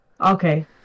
Okay